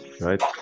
right